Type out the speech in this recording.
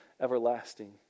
everlasting